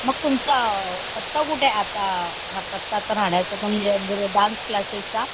मग तुमचा पत्ता कुठे आता हा पत्ता आता राहण्याचा तुमच्या डान्स क्लासेसचा